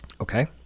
okay